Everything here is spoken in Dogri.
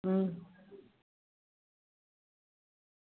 अं